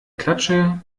klatsche